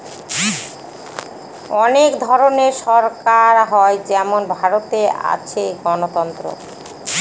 অনেক ধরনের সরকার হয় যেমন ভারতে আছে গণতন্ত্র